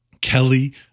Kelly